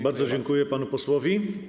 Bardzo dziękuję panu posłowi.